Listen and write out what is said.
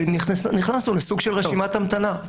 ונכנסנו לסוג של רשימת המתנה.